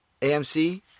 AMC